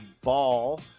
Ball